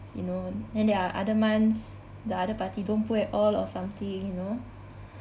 you know then there are other months the other party don't put at all or something you know